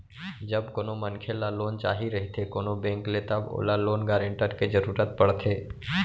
जब कोनो मनखे ल लोन चाही रहिथे कोनो बेंक ले तब ओला लोन गारेंटर के जरुरत पड़थे